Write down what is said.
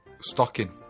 stocking